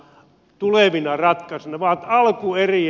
nämä ovat alkueriä